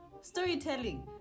Storytelling